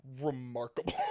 remarkable